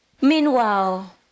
Meanwhile